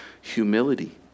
humility